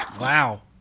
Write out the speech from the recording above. Wow